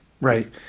Right